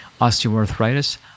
osteoarthritis